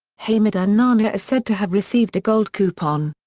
hamida naanaa and is said to have received a gold coupon.